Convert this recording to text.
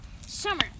summer